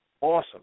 awesome